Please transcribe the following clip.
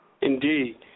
Indeed